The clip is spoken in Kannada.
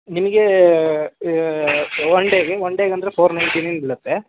ನಿಮ್ಗೆ ಒನ್ ಡೇಗೆ ಒನ್ ಡೇಗೆ ಅಂದರೆ ಫೋರ್ ನೈನ್ಟಿ ನೈನ್ ಬೀಳುತ್ತೆ